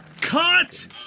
Cut